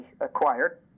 acquired